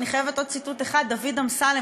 אני חייבת עוד ציטוט אחד דוד אמסלם,